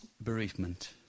Bereavement